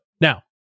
Now